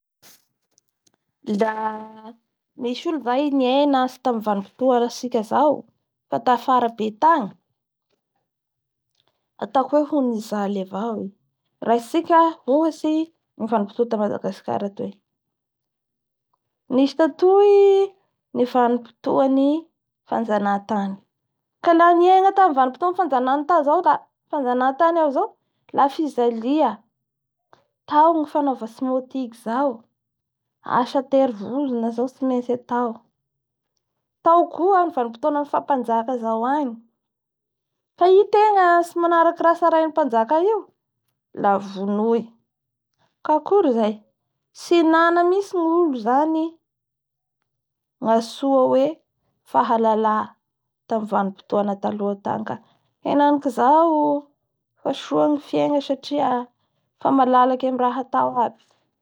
La nisy olo zany nienga tamin'ny vanimpotoa tsika zao fa tafara be tangy ataoko hoe honijaly avao i raintsika ohatsy ny vanimpotoa ta Madagasacar tatoy nisy tataoy ny vanimpotoan'ny fanjanantany ka aha nienga tamin'ny vanimpotoan'ny fanjanahatany zao ka-fanajanahatany ao zao la fijalia tao ny fanaova SMOTIGUE zao asa aterivozina zao tsimaintsy atao tao koa ny vanimpotonan'ny fahapanajaka zao agny ka i tenga tsy manafraky raha tsarainy mpanjaka io a vonoy ka akory zay. Tsy nana mihintsy ny olo zany ny antsoa hoe fahalala tamin'ny vanimpotoana taoha tany